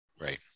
Right